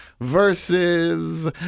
versus